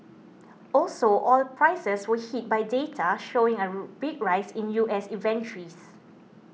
also oil prices were hit by data showing a big rise in U S inventories